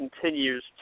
continues